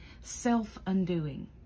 self-undoing